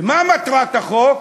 ומה מטרת החוק?